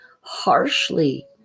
harshly